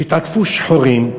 שיתעטפו שחורים,